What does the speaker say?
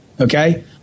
okay